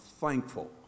thankful